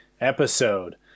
episode